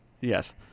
Yes